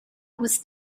was